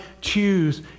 choose